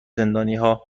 زندانیها